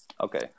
Okay